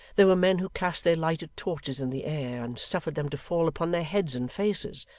there were men who cast their lighted torches in the air, and suffered them to fall upon their heads and faces,